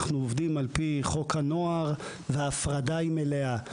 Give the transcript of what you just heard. אנחנו עובדים על פי חוק הנוער, וההפרדה היא מלאה.